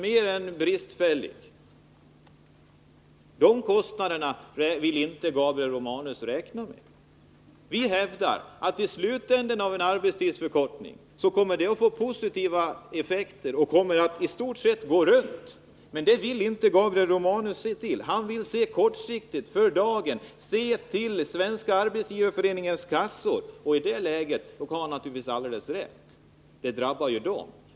De kostnaderna vill inte Gabriel Romanus räkna med. Vi hävdar att i slutändan kommer en arbetstidsförkortning att få positiva effekter på i stort sett alla områden. Men så långt vill inte Gabriel Romanus se. Han vill bara se kortsiktigt på effekten i dag på Svenska arbetsgivareföreningens kassor. Och han har naturligtvis helt rätt i att det drabbar dem.